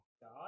God